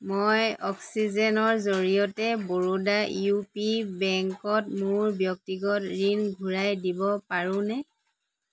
মই অক্সিজেনৰ জৰিয়তে বৰোডা ইউ পি বেংকত মোৰ ব্যক্তিগত ঋণ ঘূৰাই দিব পাৰোঁনে